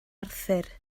arthur